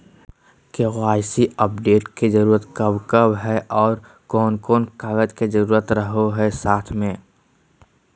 KYC update के जरूरत कब कब है और कौन कौन कागज के जरूरत रहो है साथ में?